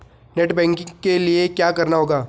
Net banking के लिए क्या करना होगा?